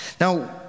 Now